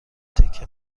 تکه